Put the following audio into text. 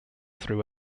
through